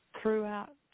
throughout